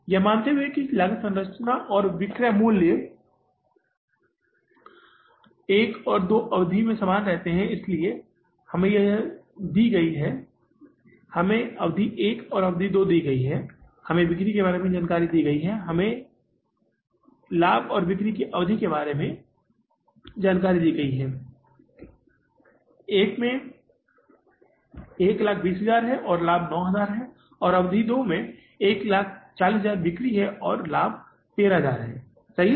यह मानते हुए कि लागत संरचना और विक्रय मूल्य एक और दो की अवधि में समान रहते हैं इसलिए यह जानकारी हमें दी गई है हमें अवधि एक अवधि दो दी गई है हमें बिक्री के बारे में जानकारी दी गई है हमें जानकारी दी गई है लाभ और बिक्री की अवधि के बारे में एक 120000 है और लाभ 9000 है और अवधि दो में बिक्री 140000 है और लाभ 13000 है सही है